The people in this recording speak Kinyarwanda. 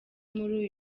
muri